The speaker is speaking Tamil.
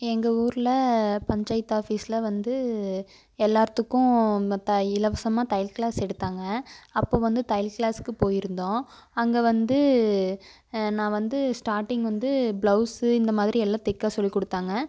எங்கள் ஊரில் பஞ்சாயத்து ஆஃபிஸில் வந்து எல்லார்த்துக்கும் இலவசமாக தையல் க்ளாஸ் எடுத்தாங்க அப்போது வந்து தையல் கிளாஸுக்கு போய்ருந்தோம் அங்கே வந்து நான் வந்து ஸ்டார்டிங் வந்து பிளவுஸு இந்த மாதிரி எல்லாம் தைக்க சொல்லிக் கொடுத்தாங்க